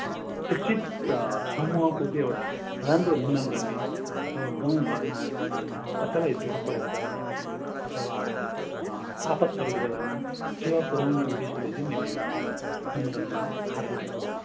शिक्षित समूहको चाहिँ एउटा राम्रो निर्माण गर्ने अथवा गाउँघरमा कसैलाई दु ख परेको बेलामा अथवा आफत् परेको बेलामा सेवा पुऱ्याउने उद्देश्यले चाहिँ मैले एउटा सङ्गठनमा हात लाएको छु